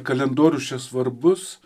kalendorius čia svarbus